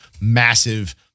massive